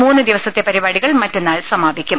മൂന്ന് ദിവസത്തെ പരിപാടികൾ മറ്റന്നാൾ സമാപിക്കും